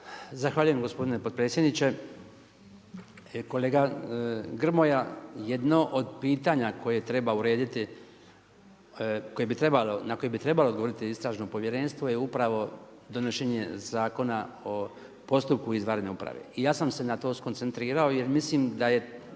Zahvaljujem gospodine potpredsjedniče. I kolega Grmoja, jedno od pitanja koje treba urediti, na koje bi trebalo odgovoriti istražno povjerenstvo je upravo donošenje Zakona o postupku izvanredne uprave. I ja sam se na to skoncentrirao jer mislim da je